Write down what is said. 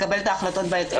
לקבל את ההחלטות בהתאם.